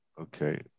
okay